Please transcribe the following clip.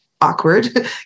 awkward